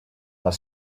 are